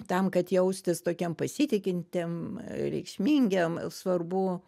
tam kad jaustis tokiem pasitikintiem reikšmingiem svarbu